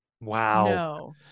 Wow